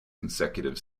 consecutive